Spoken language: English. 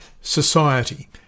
society